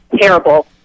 terrible